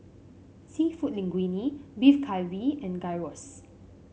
seafood Linguine Beef Galbi and Gyros